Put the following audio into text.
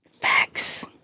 Facts